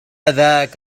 ذاك